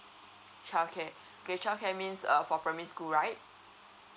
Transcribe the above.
child care okay child care means err for primary school right